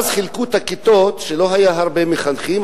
לא היו הרבה מחנכים,